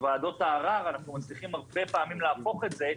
שבוועדות הערר אנחנו מצליחים הרבה פעמים להפוך את ההחלטה,